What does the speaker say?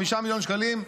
5 מיליון שקלים.